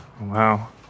Wow